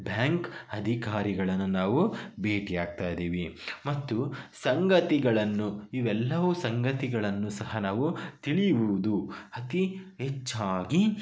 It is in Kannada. ಭ್ಯಾಂಕ್ ಅಧಿಕಾರಿಗಳನ್ನು ನಾವು ಭೇಟಿಯಾಗ್ತಾಯಿದ್ದೀವಿ ಮತ್ತು ಸಂಗತಿಗಳನ್ನು ಇವೆಲ್ಲವೂ ಸಂಗತಿಗಳನ್ನು ಸಹ ನಾವು ತಿಳಿಯುವುದು ಅತಿ ಹೆಚ್ಚಾಗಿ